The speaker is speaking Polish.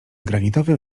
granitowy